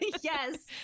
Yes